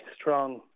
strong